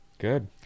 Good